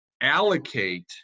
allocate